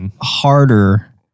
harder